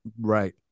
Right